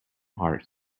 heart